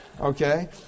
Okay